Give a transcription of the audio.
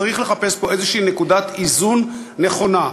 צריך לחפש פה איזושהי נקודת איזון נכונה,